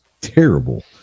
terrible